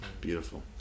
beautiful